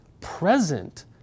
present